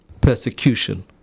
persecution